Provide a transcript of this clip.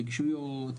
רגישויות,